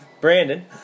Brandon